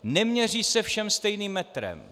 Neměří se všem stejným metrem.